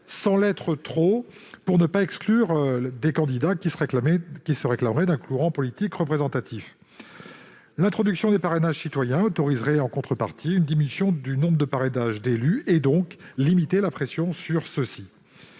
sans l'être trop, pour ne pas exclure des candidats se réclamant d'un courant politique représentatif. L'introduction des parrainages citoyens autoriserait, en contrepartie, une diminution du nombre de parrainages d'élus : ainsi, elle limiterait la pression s'exerçant